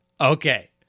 Okay